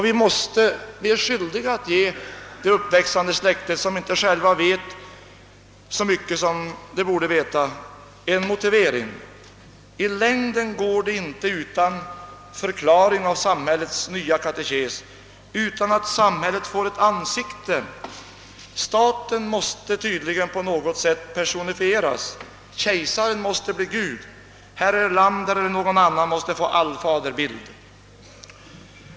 Vi är skyldiga att ge det uppväxande släktet, som inte själv vet så mycket som det borde veta, en motivering. I längden går det inte utan förklaring av samhällets nya katekes, utan att samhället får ett ansikte. Man anar tydligen att staten på något sätt måste personifieras. Kejsaren måste bli gud: herr Erlander eller någon annan måste få allfaderbild.